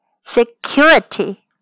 security